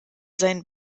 seinen